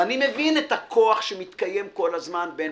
ואני מבין את הכוח שמתקיים כל הזמן בין